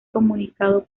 comunicado